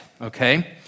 okay